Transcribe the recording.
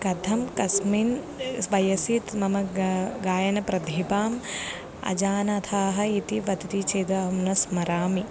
कथं कस्मिन् स् वयसि मम गा गायनप्रतिभा अजनिता इति वदति चेद् अहं न स्मरामि